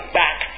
back